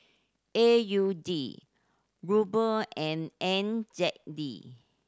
A U D Ruble and N Z D